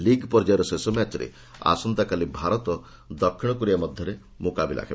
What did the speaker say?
league ପର୍ଯ୍ୟାୟର ଶେଷ ମ୍ୟାଚ୍ରେ ଆସନ୍ତାକାଲି ଭାରତ ଦକ୍ଷିଣକୋରିଆ ମଧ୍ୟରେ ମୁକାବିଲା ହେବ